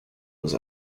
was